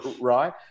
right